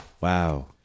Wow